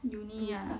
uni ah